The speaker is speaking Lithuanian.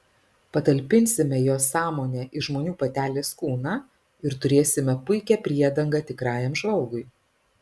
patalpinsime jos sąmonę į žmonių patelės kūną ir turėsime puikią priedangą tikrajam žvalgui